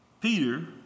Peter